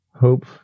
hope